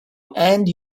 and